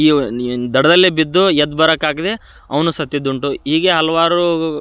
ಈ ದಡದಲ್ಲೇ ಬಿದ್ದು ಎದ್ದು ಬರೋಕಾಗ್ದೆೆ ಅವನು ಸತ್ತಿದ್ದುಂಟು ಹೀಗೆ ಹಲ್ವಾರು